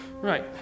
Right